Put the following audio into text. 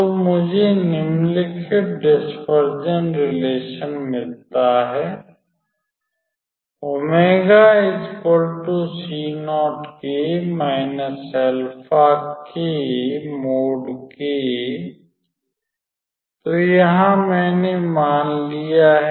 तो मुझे निम्नलिखित डिस्पर्जन रिलेशन मिलता है तो यहाँ मैंने मान लिया है